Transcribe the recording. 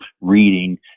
reading